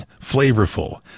flavorful